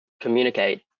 communicate